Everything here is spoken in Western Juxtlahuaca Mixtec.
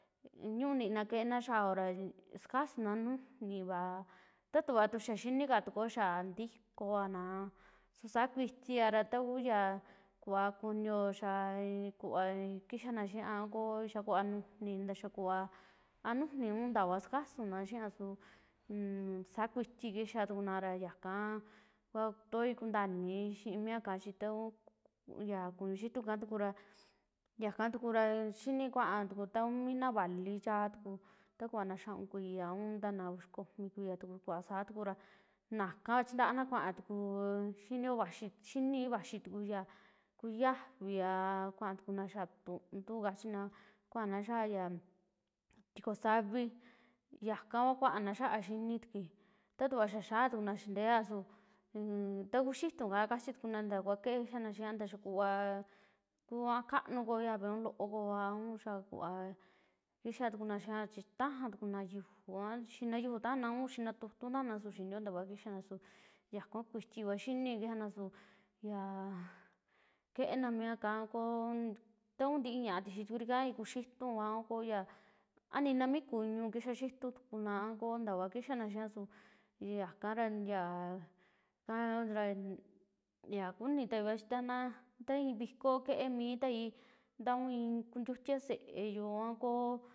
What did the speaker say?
Ñuu nina keena xiaoo ra sukasuna nujuuniva, ta tuvaa tuu xaa xinikatuo xaa ntikooa naa suu saa kuitiara su ta ya kuu kuvaa kuinio saa kuva kixaana xiaa, o i'i xaa kuvaa nujuuni, ntaa xaa kuvaa a nujuuni a takua sakasunaa xiaa su nsaakuiti kixaana tukunara yaka kuya kutooi kuntaa inii ximii yaka, chi takuu kuuñu xiitu ika, yaka tukura, xini kuaa tuku ta kuu mii naa vali chaa tuku, ta kuva naa xa'un kuiya un ta naa uxikomi kuiya tukura kuvaa saatuku ra nakaa chintaana kuaa tukuu, xinio vaxii xini vaxii tukuya ku yajiva, kuaa tukuna xa'a tuntu kachina, kuana xa'a ya tikosavi yakava kuaana xa'a xinitukui, ta tuva xaa xiatukuna ya nteea su nmm ta kuu xiituu kaa kachituna ta kua kixaana xiaa, taa yaa kuva kuaa a kanuu koo yavi un loo koa a xaa kuva kixaa tukuna xiia, chi tajaa tukuna yuuju, a xina yuuju tajana a un xina tutu tajana su xinio ntakua kixaana su yakua kuiiti kua xiini kixaana su yaa keena mi ya ika a koo ta kuntii ñaa tixiitukuri ika a ya kuxxitu kua a koo ya, a nina mi kuñu kiyaxitu tukuna a toa kiyana xia su yaka ra, ya kaa ra yakunitai kua chi taa i'i vikoo kee miitai ta kuu i'i kuntiutia seeyu a koo.